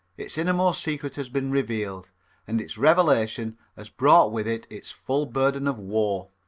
its innermost secret has been revealed and its revelation has brought with it its full burden of woe.